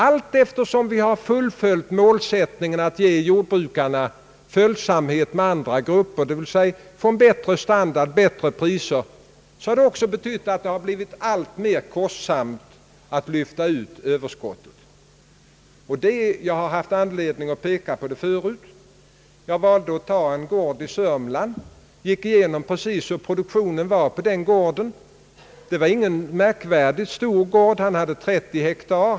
Allteftersom vi har fullföljt målsättningen att ge jordbrukarna följsamhet med andra grupper, d. v. s. en bättre standard och högre priser, har det också blivit alltmera kostsamt att lyfta ut överskottet. Jag har haft anledning att peka på detta förut. Jag tog som exempel en gård i Sörmland och gick igenom produktionen på den gården. Det var ingen särskilt stor gård, den var på 30 hektar.